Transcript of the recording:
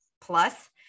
plus